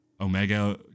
Omega